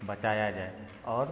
बचाया जाए और